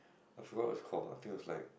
I forgot what is it called I think was like